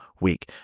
week